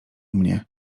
mnie